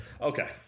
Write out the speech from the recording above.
Okay